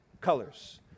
colors